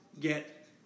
get